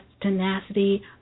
tenacity